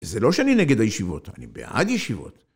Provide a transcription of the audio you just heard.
זה לא שאני נגד הישיבות, אני בעד ישיבות.